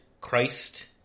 Christ